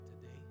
today